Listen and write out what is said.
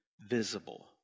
visible